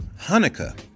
Hanukkah